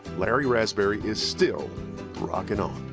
larry raspberry is still rockin' on.